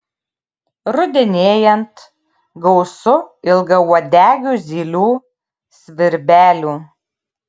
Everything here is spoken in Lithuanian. rudenėjant gausu ilgauodegių zylių svirbelių